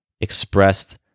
expressed